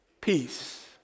Peace